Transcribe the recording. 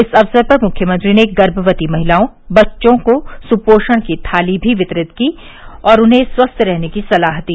इस अवसर पर मुख्यमंत्री ने गर्मवती महिलाओं और बच्चों को सुपोषण थाली भी वितरित की और उन्हें स्वस्थ रहने की सलाह दी